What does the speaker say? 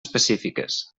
específiques